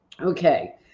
okay